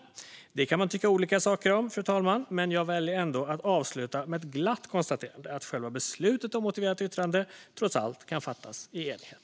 Detta kan man tycka olika saker om, fru talman, men jag väljer ändå att avsluta med ett glatt konstaterande av att själva beslutet om motiverat yttrande trots allt kan fattas i enighet.